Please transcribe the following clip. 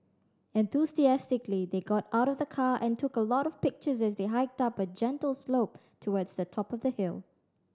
enthusiastically they got out of the car and took a lot of pictures as they hiked up a gentle slope towards the top of the hill